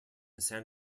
san